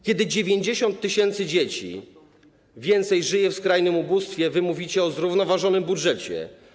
Kiedy 90 tys. dzieci więcej żyje w skrajnym ubóstwie, wy mówicie o zrównoważonym budżecie.